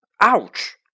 Ouch